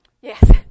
Yes